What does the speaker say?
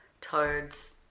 toads